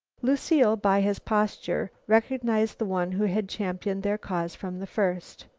lucile, by his posture, recognized the one who had championed their cause from the first.